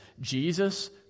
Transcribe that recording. Jesus